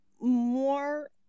more